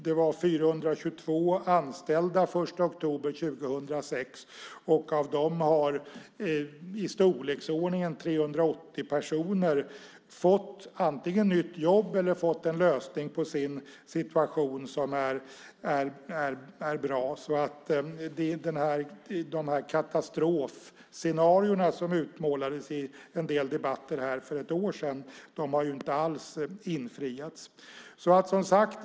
Det var 422 anställda den 1 oktober 2006. Av dem har i storleksordningen 380 personer antingen fått nytt jobb eller en bra lösning på sin situation. Katastrofscenarierna som utmålades i en del debatter för ett år sedan har inte alls infriats.